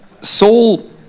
Saul